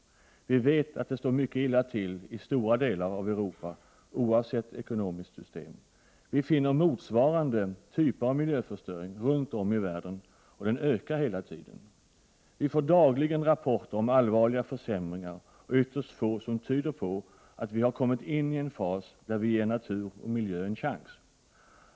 Vi vet att det står mycket illa till i stora | delar av Europa oavsett ekonomiskt system. Vi finner motsvarande typer av miljöförstöring runt om i världen, och miljöförstöringen ökar hela tiden. Vi får dagligen rapporter om allvarliga försämringar och ytterst få som tyder på att vi har kommit in i en fas där vi ger natur och miljö en chans.